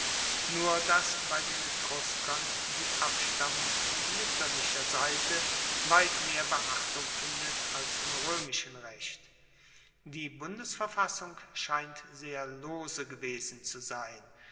nur dass bei den etruskern die abstammung von muetterlicher seite weit mehr beachtung findet als im roemischen recht die bundesverfassung scheint sehr lose gewesen zu sein